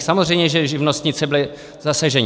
Samozřejmě že živnostníci byli zasaženi.